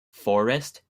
forrest